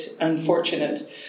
unfortunate